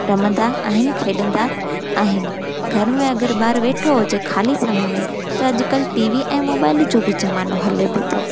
रमंदा आहिनि खेॾंदा आहिनि घर में अगरि ॿार वेठो हुजे ख़ाली समय में त अॼुकल्ह टी वी ऐं मोबाइल जो बि ज़मानो हले पियो थो